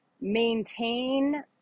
maintain